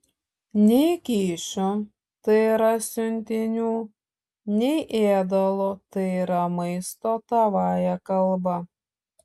nei kyšių tai yra siuntinių nei ėdalo tai yra maisto tavąja kalba